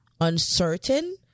uncertain